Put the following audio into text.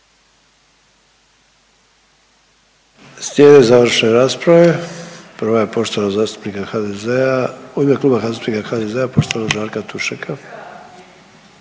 Slijede završne rasprave, prva je poštovanog zastupnika HDZ-a, u ime Kluba zastupnika HDZ-a poštovanog Žarka Tušeka.